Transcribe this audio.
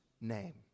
name